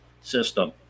system